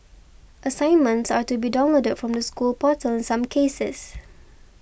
assignments are to be downloaded from the school portal in some cases